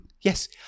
Yes